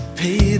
pay